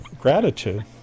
gratitude